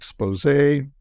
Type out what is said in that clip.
expose